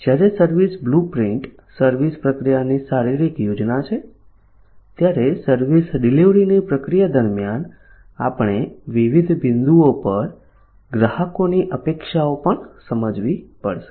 જ્યારે service blueprint service પ્રક્રિયાની શારીરિક યોજના છે ત્યારે સર્વિસ ડિલિવરીની પ્રક્રિયા દરમિયાન આપણે વિવિધ બિંદુઓ પર ગ્રાહકોની અપેક્ષાઓ પણ સમજવી પડશે